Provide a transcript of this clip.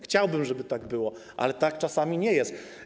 Chciałbym, żeby tak było, ale tak czasami nie jest.